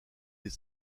des